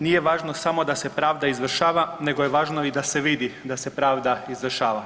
Nije važno samo da se pravda izvršava, nego je važno i da se vidi da se pravda izvršava.